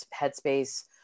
headspace